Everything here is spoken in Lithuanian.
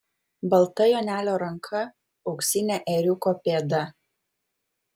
balta jonelio ranka auksinė ėriuko pėda